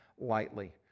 lightly